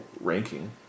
ranking